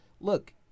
look